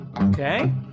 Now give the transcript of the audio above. okay